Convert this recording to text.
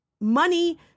money